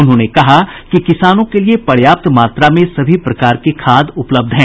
उन्होंने कहा कि किसानों के लिए पर्याप्त मात्रा में सभी प्रकार के खाद उपलब्ध हैं